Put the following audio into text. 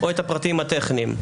או את הפרטים הטכניים.